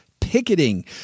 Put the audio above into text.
picketing